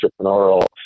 entrepreneurial